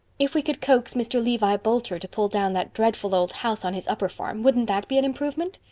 if we could coax mr. levi boulter to pull down that dreadful old house on his upper farm wouldn't that be an improvement?